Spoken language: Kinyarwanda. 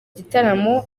gitaramo